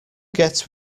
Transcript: get